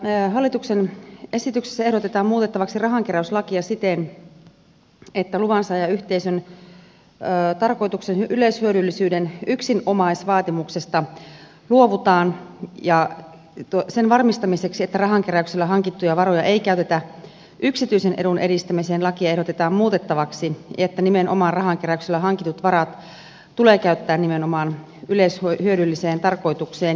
tässä hallituksen esityksessä ehdotetaan muutettavaksi rahankeräyslakia siten että luvansaajayhteisön tarkoituksen yleishyödyllisyyden yksinomaisvaatimuksesta luovutaan ja sen varmistamiseksi että rahankeräyksellä hankittuja varoja ei käytetä yksityisen edun edistämiseen lakia ehdotetaan muutettavaksi niin että rahankeräyksellä hankitut varat tulee käyttää nimenomaan yleishyödylliseen tarkoitukseen